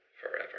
forever